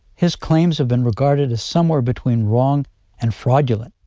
his claims have been regarded as somewhere between wrong and fraudulent.